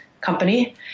company